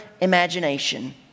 imagination